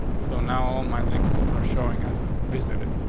so now all my links are showing has visited.